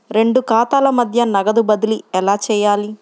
రెండు ఖాతాల మధ్య నగదు బదిలీ ఎలా చేయాలి?